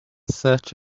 search